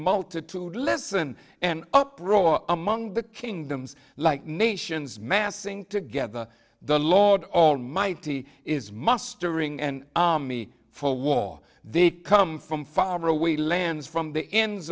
multitude listen and uproar among the kingdoms like nations massing together the lord almighty is mustering and me for war they come from far away lands from the ends